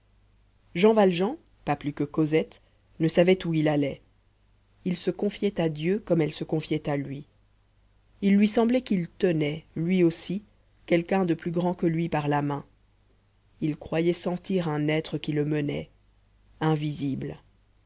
jean valjean pas plus que cosette ne savait où il allait il se confiait à dieu comme elle se confiait à lui il lui semblait qu'il tenait lui aussi quelqu'un de plus grand que lui par la main il croyait sentir un être qui le menait invisible